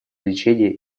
лечения